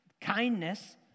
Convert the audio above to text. kindness